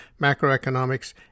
macroeconomics